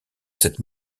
cette